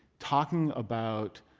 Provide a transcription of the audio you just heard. talking about